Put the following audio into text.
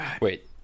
wait